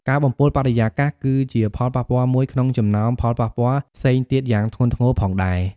ការបំពុលបរិយាកាស គឺជាផលប៉ះពាល់មួយក្នុងចំណោមផលប៉ះពាល់ផ្សេងទៀតយ៉ាងធ្ងន់ធ្ងរផងដែរ។